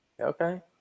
Okay